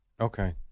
Okay